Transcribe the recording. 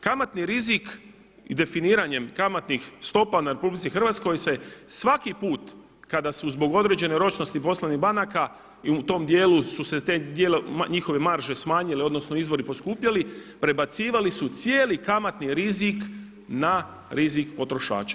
Kamatni rizik i definiranjem kamatnih stopa u RH se svaki put kada su zbog određene ročnosti poslovnih banaka i u tom dijelu su se te njihove marže smanjile, odnosno izvori poskupjeli prebacivali su cijeli kamatni rizik na rizik potrošača.